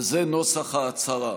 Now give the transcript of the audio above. וזה נוסח ההצהרה: